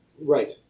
Right